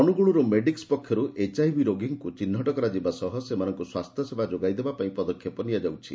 ଅନୁଗୁଳରେ ମେଡିକ୍ ପକ୍ଷରୁ ଏଚ୍ଆଇଭି ରୋଗୀଙ୍କୁ ଚିହ୍ବଟ କରାଯିବା ସହ ସେମାନଙ୍କୁ ସ୍ୱାସ୍ଥ୍ୟସେବା ଯୋଗାଇ ଦେବାପାଇଁ ପଦକ୍ଷେପ ନିଆଯାଉଛି